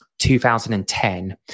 2010